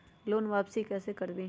Loan वापसी कैसे करबी?